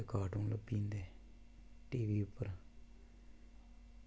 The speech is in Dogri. ते कॉर्टून लग्गी जंदे टीवी पर